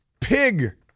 pig